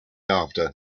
after